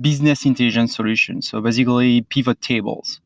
business intelligence solution. so particularly, pivot tables.